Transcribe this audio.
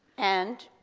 and?